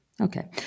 Okay